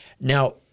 Now